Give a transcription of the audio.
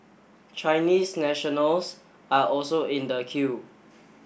Chinese nationals are also in the queue